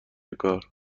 کار